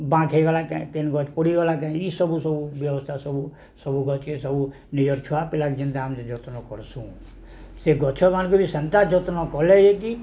ବାଁଥ୍ ହେଇଗଲା କେଁ କେନ୍ ଗଛ ପଡ଼ିଗଲା କେଁ ଇସବୁ ସବୁ ବ୍ୟବସ୍ଥା ସବୁ ସବୁ ଗଛକେ ସବୁ ନିଜର ଛୁଆ ପିଲାକେ ଯେନ୍ତା ଆମେ ଯତ୍ନ କରସୁଁ ସେ ଗଛମାନଙ୍କୁ ବି ସେନ୍ତା ଯତ୍ନ କଲେ ହୋଇକି